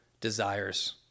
desires